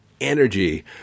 energy